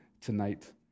tonight